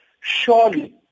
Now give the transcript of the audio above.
surely